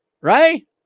Right